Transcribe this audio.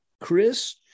Chris